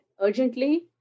urgently